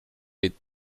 les